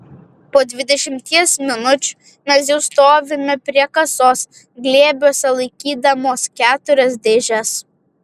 po dvidešimties minučių mes jau stovime prie kasos glėbiuose laikydamos keturias dėžes